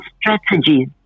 strategies